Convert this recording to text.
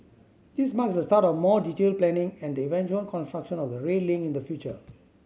this marks the start of more detailed planning and the eventual construction of the rail link in the future